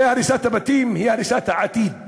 הרי הריסת הבתים היא הריסת העתיד.